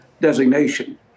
designation